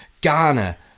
Ghana